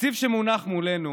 התקציב שמונח מולנו